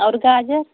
और गाजर